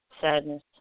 sadness